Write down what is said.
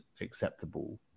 acceptable